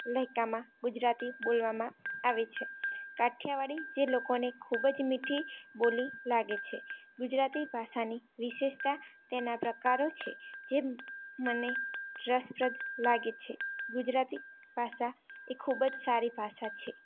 લહેકામાં ગુજરાતી બોલવામાં આવે છે કઠિયાવાડી જે લોકોને ખૂબ જ મીઠી બોલી લાગે છે ગુજરાતી ભાષાની વિશેષતા તેના પ્રકારો છે જે મને રસપ્રદ લાગે છે ગુજરાતી ભાષા એ ખુબજ સારી ભાષા છે